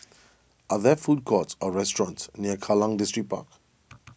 are there food courts or restaurants near Kallang Distripark